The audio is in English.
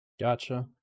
gotcha